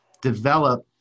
develop